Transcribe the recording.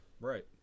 Right